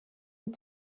und